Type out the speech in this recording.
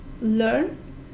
learn